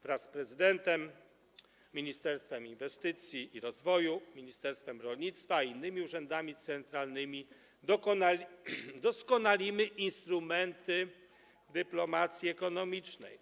Wraz z prezydentem, Ministerstwem Inwestycji i Rozwoju, ministerstwem rolnictwa i innymi urzędami centralnymi doskonalimy instrumenty dyplomacji ekonomicznej.